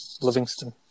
Livingston